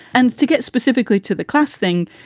and to get specifically to the class thing,